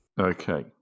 Okay